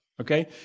okay